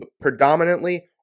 predominantly